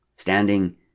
standing